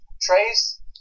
Trace